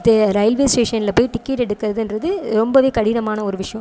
இது ரயில்வே ஸ்டேஷனில் போய் டிக்கெட் எடுக்கிறதுன்றது ரொம்பவே கடினமான ஒரு விஷயம்